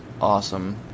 awesome